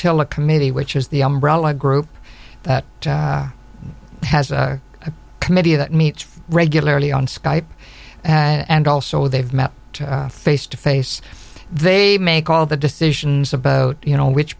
flotilla committee which is the umbrella group that has a committee that meets regularly on skype and also they've met face to face they make all the decisions about you know which